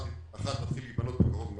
אחת תתחיל להיבנות בקרוב מאוד,